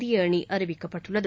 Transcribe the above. இந்திய அணி அறிவிக்கப்பட்டுள்ளது